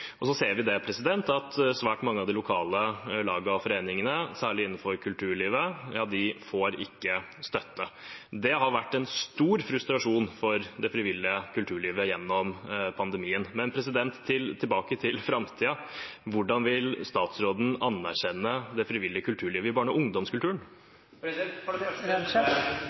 Så ser vi at svært mange av de lokale lagene og foreningene, særlig innenfor kulturlivet, ikke får støtte. Det har vært en stor frustrasjon for det frivillige kulturlivet gjennom pandemien. Men tilbake til framtiden: Hvordan vil statsråden anerkjenne det frivillige kulturlivet i barne- og ungdomskulturen? For det